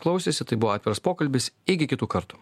klausėsi tai buvo atviras pokalbis iki kitų kartų